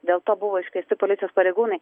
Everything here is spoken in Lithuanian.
dėl to buvo iškviesti policijos pareigūnai